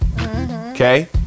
Okay